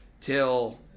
till